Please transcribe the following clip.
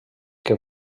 que